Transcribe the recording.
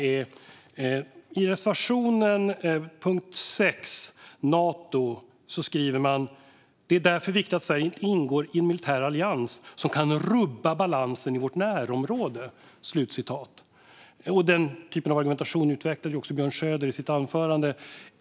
I reservationen under punkt 6 om Nato skriver man: "Det är därför viktigt att Sverige inte ingår i en militär allians som kan rubba balansen i vårt närområde". Den typen av argumentation utvecklade också Björn Söder i sitt anförande.